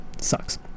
Sucks